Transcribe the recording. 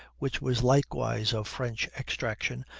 which was likewise of french extraction,